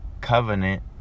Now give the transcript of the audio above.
covenant